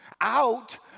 out